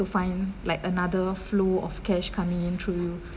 to find like another flow of cash coming in through you